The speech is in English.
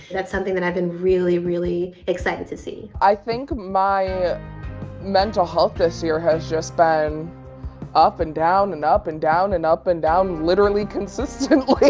that's something that i've been really, really excited to see. i think my mental health this year has just been up and down and up and down and up and down literally consistently,